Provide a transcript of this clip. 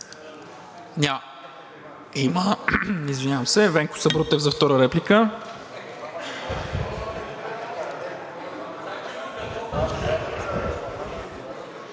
Няма